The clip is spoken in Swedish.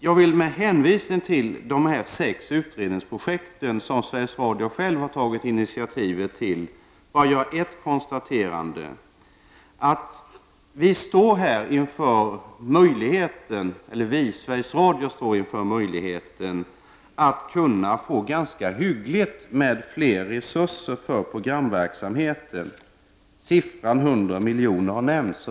Jag vill med hänvisning till de sex utredningsprojekten som Sveriges Radio självt har tagit initiativet till göra ett konstaterande, nämligen att Sveriges Radio nu står inför möjligheten att få ganska hyggligt med ytterligare resurser för programverksamheten. Siffran 100 miljoner har nämnts.